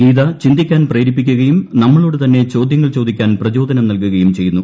കീര് ്ചിന്തിക്കാൻ പ്രേരിപ്പിക്കുകയും നമ്മളോട് തന്നെ ചോദ്യങ്ങൾ ച്ചോദിക്കാൻ പ്രചോദനം നൽകുകയും ചെയ്യുന്നു